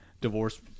divorce